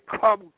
come